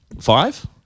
five